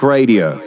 Radio